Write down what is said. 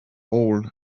all